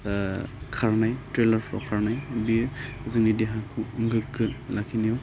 खारनाय ट्रेइलारफ्राव खारनाय बे जोंनि देहाखौ गोग्गो लाखिनायाव